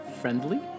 Friendly